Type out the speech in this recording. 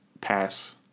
pass